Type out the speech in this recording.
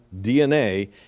DNA